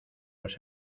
los